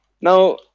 Now